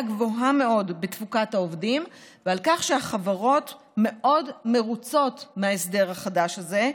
גבוהה מאוד בתפוקת העובדים ושהחברות מאוד מרוצות מההסדר החדש הזה,